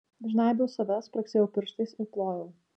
žnaibiau save spragsėjau pirštais ir plojau